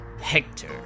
Hector